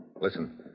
Listen